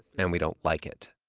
and we don't like it.